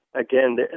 Again